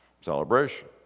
celebration